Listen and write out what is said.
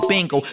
Bingo